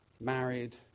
married